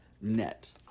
net